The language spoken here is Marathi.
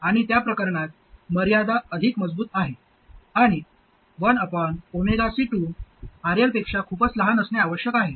आणि त्या प्रकरणात मर्यादा अधिक मजबूत आहे आणि 1ωC2 RL पेक्षा खूपच लहान असणे आवश्यक आहे